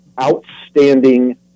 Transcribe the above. outstanding